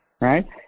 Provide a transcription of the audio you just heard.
Right